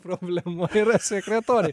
problema yra sekretorė